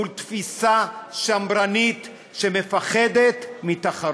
גם מול תפיסה שמרנית שמפחדת מתחרות.